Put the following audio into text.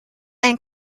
ein